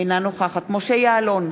אינה נוכחת משה יעלון,